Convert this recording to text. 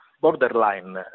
borderline